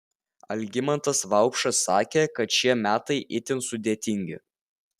algimantas vaupšas sakė kad šie metai itin sudėtingi